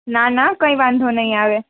ના ના કંઈ વાંધો નહીં આવે